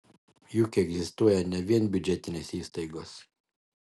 juk egzistuoja ne vien biudžetinės įstaigos